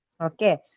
Okay